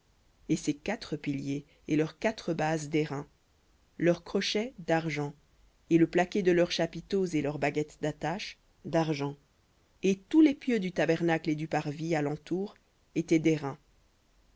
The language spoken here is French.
et ses quatre piliers et leurs quatre bases d'airain leurs crochets d'argent et le plaqué de leurs chapiteaux et leurs baguettes dattache dargent et tous les pieux du tabernacle et du parvis à l'entour étaient